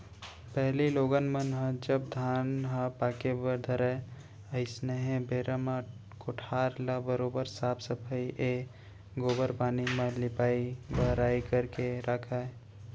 पहिली लोगन मन ह जब धान ह पाके बर धरय अइसनहे बेरा म कोठार ल बरोबर साफ सफई ए गोबर पानी म लिपाई बहराई करके राखयँ